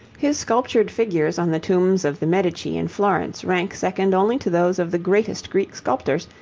his sculptured figures on the tombs of the medici in florence rank second only to those of the greatest greek sculptors,